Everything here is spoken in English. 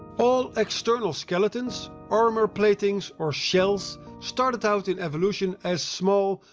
all external skeletons, armour platings or shells started out in evolution as small,